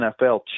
NFL